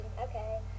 Okay